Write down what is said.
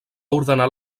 ordenar